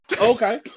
Okay